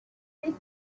thick